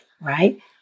right